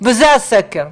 וזה הסקר.